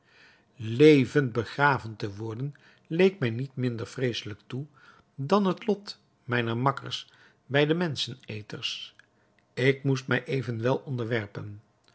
levend begraven te worden leek mij niet minder vreeselijk toe dan het lot mijner makkers bij de menscheneters ik moest mij evenwel onderwerpen